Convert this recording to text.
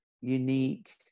unique